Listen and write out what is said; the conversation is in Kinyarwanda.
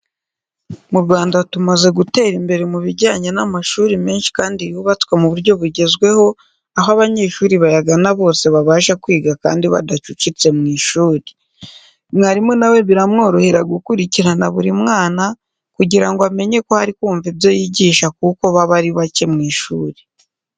Mu Rwanda tumaze gutera imbere mu bijyanye n'amashuri menshi kandi yubatswe muburyo bugezweho, aho abanyeshuri bayagana bose babasha kwiga kandi badacucitse mw'ishuri. Mwarimu nawe biramworohera gukurikirana buri mwana kugira ngo amenye ko ari kumva ibyo yigisha kuko baba ari bacye mu ishuri.